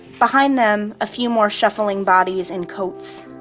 behind them, a few more shuffling bodies in coats